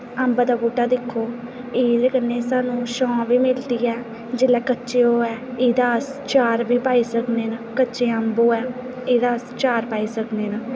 अंब दा बूहटा दिक्खो एहदे कन्नै सानूं छां बी मिलदी ऐ जेल्लै कच्चे होऐ एह्दा अस चार बी पाई सकने न कच्चे अंब होऐ एह्दा अस चार पाई सकने न